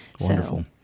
Wonderful